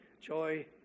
joy